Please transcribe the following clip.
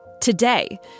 today